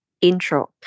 Intro